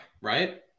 right